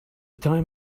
time